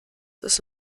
ist